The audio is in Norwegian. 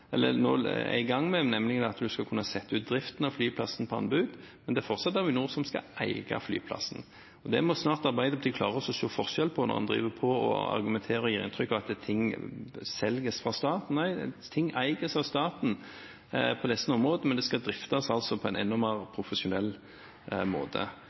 eller som vi er i gang med – nemlig at en skal kunne sette ut driften av flyplassen på anbud. Men det er fortsatt Avinor som skal eie flyplassen. Det må Arbeiderpartiets representant snart klare å se forskjell på når han argumenterer med og gir inntrykk av at ting selges fra staten. Nei, ting eies av staten på disse områdene, men skal driftes på en enda mer profesjonell måte.